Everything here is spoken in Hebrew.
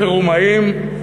חירומאים,